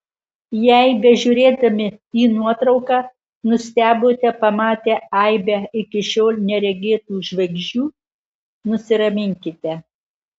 jei bežiūrėdami į nuotrauką nustebote pamatę aibę iki šiol neregėtų žvaigždžių nusiraminkite